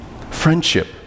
Friendship